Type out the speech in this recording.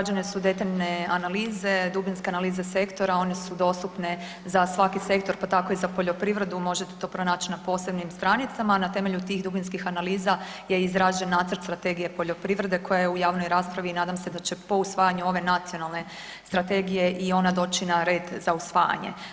Rađene su detaljne analize, dubinske analize sektora, one su dostupne za svaki sektor, pa tako i za poljoprivredu, možete to pronać na posebnim stranicama, a na temelju tih dubinskih analiza je izrađen Nacrt strategije poljoprivrede koja je u javnoj raspravi i nadam se da će po usvajanju ove nacionalne strategije i ona doći na red za usvajanje.